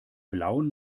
blauen